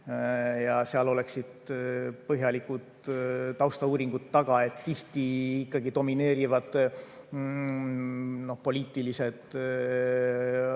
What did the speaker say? ja seal oleksid põhjalikud taustauuringud taga. Tihti ikkagi domineerivad poliitilised otsused,